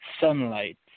sunlight